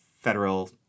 federal